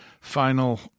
final